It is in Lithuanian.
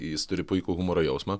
jis turi puikų humoro jausmą